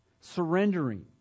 surrendering